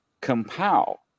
compile